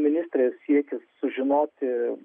ministrės siekis sužinoti